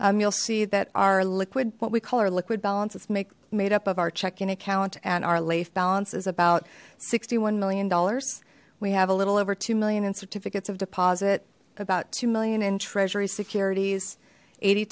you'll see that our liquid what we call our liquid balance it's make made up of our checking account and our life balance is about sixty one million dollars we have a little over two million in certificates of deposit about two million in treasury securities eighty